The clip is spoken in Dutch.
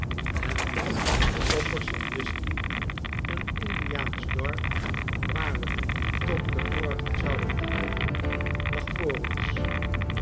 en opper sandusky een indiaansch dorp waar we tot den morgen zouden vertoeven lag voor ons